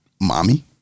mommy